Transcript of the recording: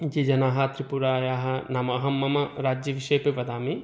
ये जनाः त्रिपुरायाः नाम अहं मम राज्यविषयेऽपि वदामि